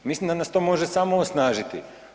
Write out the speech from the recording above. Mislim da nas to može samo osnažiti.